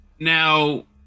Now